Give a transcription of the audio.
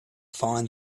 find